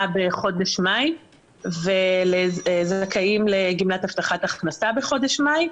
בחודש מאי ולזכאים לגמלת אבטחת הכנסה בחודש מאי,